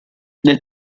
nel